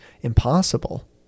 impossible